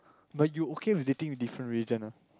but you okay with dating different religion ah